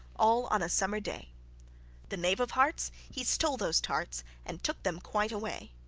all on a summer day the knave of hearts, he stole those tarts, and took them quite away